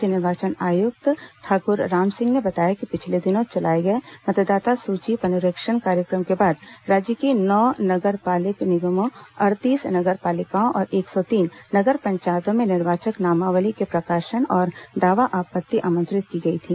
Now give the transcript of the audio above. राज्य निर्वाचन आयुक्त ठाकुर रामसिंह ने बताया कि पिछले दिनों चलाए गए मतदाता सूची पुनरीक्षण कार्यक्रम के बाद राज्य की नौ नगर पालिक निगमों अड़तीस नगर पालिकाओं और एक सौ तीन नगर पंचायतों में निर्वाचक नामावली के प्रकाशन और दावा आपत्ति आमंत्रित की गई थी